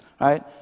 right